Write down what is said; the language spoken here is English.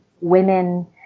women